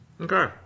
Okay